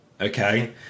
okay